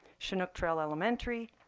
chinook trail elementary,